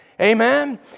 Amen